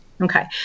Okay